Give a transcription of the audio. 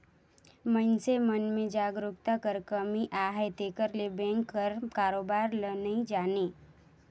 मइनसे मन में जागरूकता कर कमी अहे तेकर ले बेंक कर कारोबार ल नी जानें